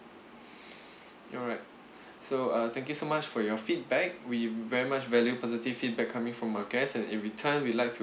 you're right so uh thank you so much for your feedback we very much value positive feedback coming from our guest and in return we like to